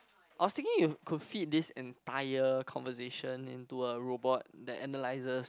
I was thinking if you could fit this entire conversation into a robot that analyses